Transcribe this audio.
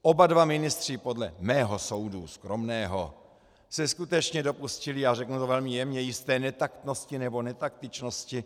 Oba dva ministři podle mého soudu, skromného, se skutečně dopustili, a řeknu to velmi jemně, jisté netaktnosti nebo netaktičnosti.